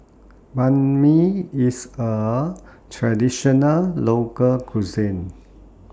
Banh MI IS A Traditional Local Cuisine